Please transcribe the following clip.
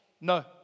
No